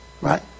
Right